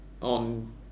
on